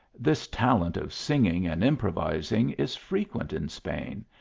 this talent of singing and improvising is frequent in spain,